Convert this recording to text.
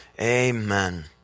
Amen